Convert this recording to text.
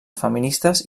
feministes